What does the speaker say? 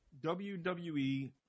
WWE